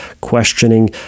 questioning